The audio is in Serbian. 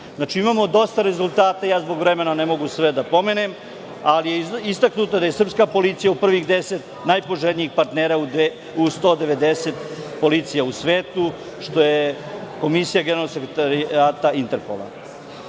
imamo dosta rezultata, ali zbog vremena ne mogu sve da pomenem. Istaknuto je da je srpska policija u prvih deset najpoželjnijih partnera u 190 policija u svetu, to je Komisija generalnog sekretara Interpola. Imamo